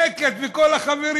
שקט מכל החברים.